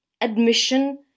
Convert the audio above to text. admission